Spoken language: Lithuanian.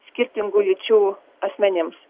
skirtingų lyčių asmenims